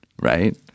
right